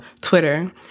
Twitter